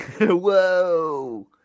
Whoa